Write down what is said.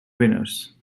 winners